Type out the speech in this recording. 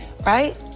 Right